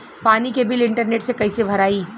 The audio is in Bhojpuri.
पानी के बिल इंटरनेट से कइसे भराई?